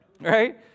Right